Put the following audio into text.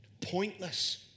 pointless